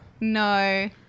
No